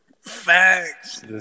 Facts